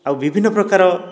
ଆଉ ବିଭିନ୍ନପ୍ରକାର